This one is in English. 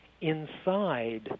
inside